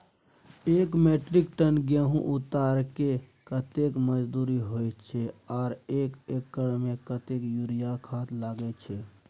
एक metric ton गेहूं उतारेके कतेक मजदूरी होय छै आर एक एकर में कतेक यूरिया खाद लागे छै?